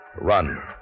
Run